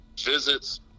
visits